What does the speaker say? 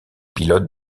pilotes